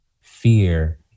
fear